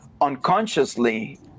unconsciously